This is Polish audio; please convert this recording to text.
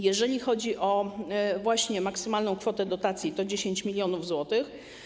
Jeżeli chodzi właśnie o tę maksymalną kwotę dotacji, jest to 10 mln zł.